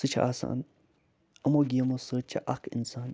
سُہ چھِ آسان یِمو گیمو سۭتۍ چھِ اَکھ اِنسان